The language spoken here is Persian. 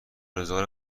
روزگار